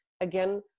again